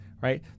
right